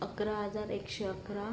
अकरा हजार एकशे अकरा